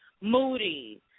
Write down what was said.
moody